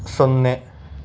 ಸೊನ್ನೆ